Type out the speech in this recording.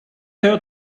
her